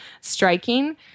striking